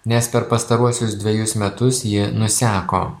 nes per pastaruosius dvejus metus ji nuseko